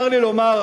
צר לי לומר,